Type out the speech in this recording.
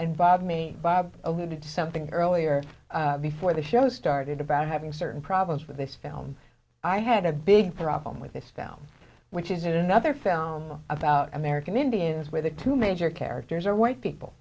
bob me bob alluded to something earlier before the show started about having certain problems with this film i had a big problem with this film which is that another film about american indians where the two major characters are white people